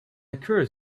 occur